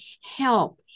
help